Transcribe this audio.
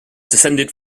descended